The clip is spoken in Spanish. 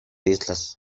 islas